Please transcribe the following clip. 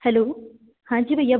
hello हांजी भैया